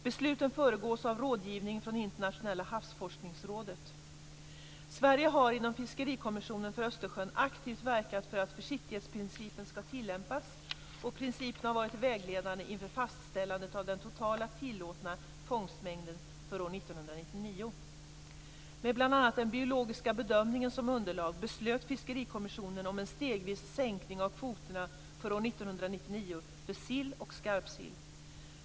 Besluten föregås av rådgivning från Sverige har inom Fiskerikommissionen för Östersjön aktivt verkat för att försiktighetsprincipen skall tillämpas och principen har varit vägledande inför fastställandet av den totalt tillåtna fångstmängden för år 1999. Med bl.a. den biologiska bedömningen som underlag beslöt Fiskerikommissionen om en stegvis sänkning av kvoterna för år 1999 för sill och skarpsill.